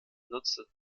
nutzte